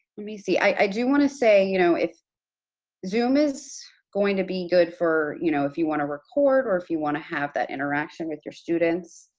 me see i do want to say, you know, if zoom is going to be good for you know if you want to record or if you want to have that interaction with your students,